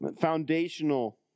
Foundational